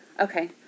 Okay